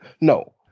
No